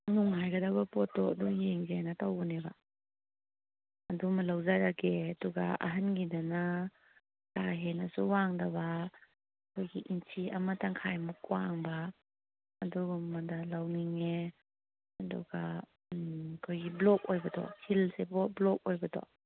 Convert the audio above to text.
ꯅꯨꯡꯉꯥꯏꯒꯗꯕ ꯄꯣꯠꯇꯣ ꯑꯗꯨ ꯌꯦꯡꯒꯦꯅ ꯇꯧꯕꯅꯦꯕ ꯑꯗꯨꯃ ꯂꯧꯖꯔꯒꯦ ꯑꯗꯨꯒ ꯑꯍꯟꯒꯤꯗꯅ ꯀꯥꯍꯦꯟꯅꯁꯨ ꯋꯥꯡꯗꯕ ꯑꯩꯈꯣꯏꯒꯤ ꯏꯟꯆꯤ ꯑꯃ ꯇꯪꯈꯥꯏꯃꯨꯛ ꯋꯥꯡꯕ ꯑꯗꯨꯒꯨꯝꯕꯗ ꯂꯧꯅꯤꯡꯉꯦ ꯑꯗꯨꯒ ꯑꯈꯣꯏꯒꯤ ꯕ꯭ꯂꯣꯛ ꯑꯣꯏꯕꯗꯣ ꯍꯤꯜꯁꯦ ꯕ꯭ꯂꯣꯛ ꯑꯣꯏꯕꯗꯣ